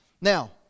Now